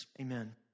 amen